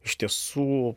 iš tiesų